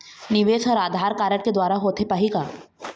निवेश हर आधार कारड के द्वारा होथे पाही का?